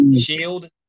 Shield